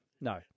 no